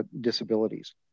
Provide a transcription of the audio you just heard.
disabilities